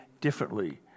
differently